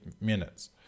minutes